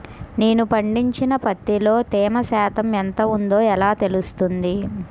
నేను పండించిన పత్తిలో తేమ శాతం ఎంత ఉందో ఎలా తెలుస్తుంది?